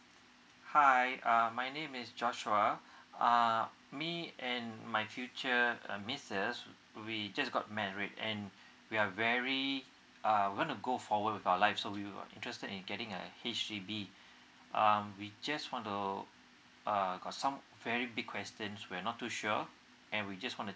hi um my name is joshua uh me and my future missus we just got married and we are very uh we want to go forward with our life so we were interested in getting a H_D_B um we just want to uh got some some very big questions we're not too sure and we just wanna